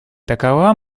такова